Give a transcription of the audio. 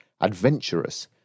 Adventurous